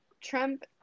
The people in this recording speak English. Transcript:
Trump